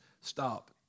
stop